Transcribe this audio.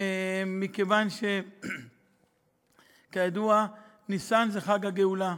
מכיוון שבניסן, כידוע, חל חג הגאולה,